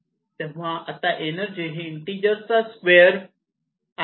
तेव्हा आता एनर्जी ही इन्टिजरचा स्क्वेअर आहे